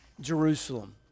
Jerusalem